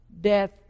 death